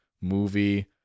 movie